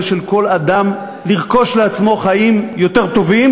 של כל אדם לרכוש לעצמו חיים יותר טובים,